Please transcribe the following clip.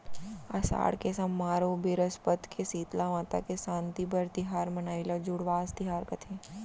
असाड़ के सम्मार अउ बिरस्पत के सीतला माता के सांति बर तिहार मनाई ल जुड़वास तिहार कथें